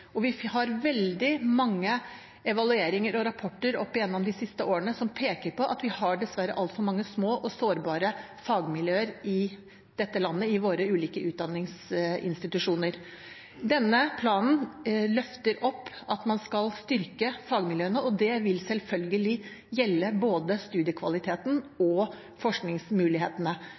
og vi har hatt veldig mange evalueringer og rapporter opp gjennom de siste årene som peker på at vi dessverre har altfor mange små og sårbare fagmiljøer i dette landet, i våre ulike utdanningsinstitusjoner. Denne planen løfter opp at man skal styrke fagmiljøene, og det vil selvfølgelig gjelde både studiekvaliteten